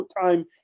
time